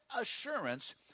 assurance